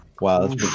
wow